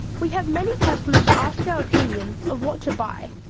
we have many customers ask our opinion of what to buy,